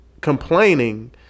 complaining